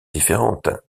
différente